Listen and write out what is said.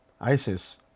ISIS